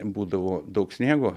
būdavo daug sniego